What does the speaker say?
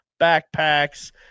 backpacks